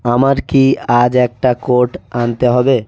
আমার কি আজ একটা কোট আনতে হবে